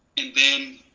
and then